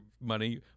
money